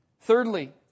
Thirdly